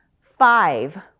five